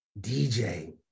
DJ